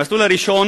המסלול הראשון